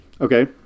Okay